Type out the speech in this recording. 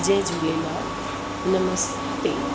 जय Jhulelal नमस्ते